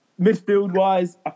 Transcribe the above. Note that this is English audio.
Midfield-wise